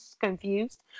confused